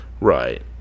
Right